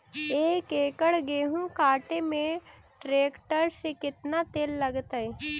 एक एकड़ गेहूं काटे में टरेकटर से केतना तेल लगतइ?